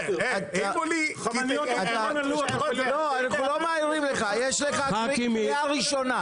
לא, אנחנו לא מעירים לך, יש לך קריאה ראשונה.